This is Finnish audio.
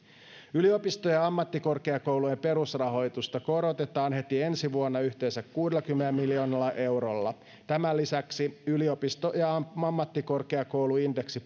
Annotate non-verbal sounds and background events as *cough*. yliopistojen ja ammattikorkeakoulujen perusrahoitusta korotetaan heti ensi vuonna yhteensä kuudellakymmenellä miljoonalla eurolla tämän lisäksi yliopisto ja ammattikorkeakouluindeksi *unintelligible*